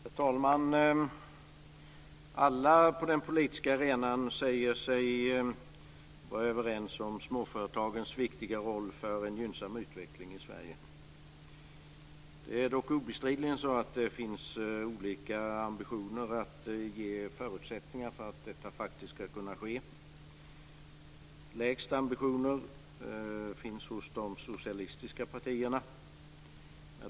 Herr talman! Alla på den politiska arenan säger sig vara överens om småföretagens viktiga roll för en gynnsam utveckling i Sverige. Det är dock obestridligen så att det finns olika ambitioner för att ge förutsättningar för att detta skall kunna ske. Den lägsta ambitionen finns hos de socialistiska partierna.